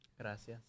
Gracias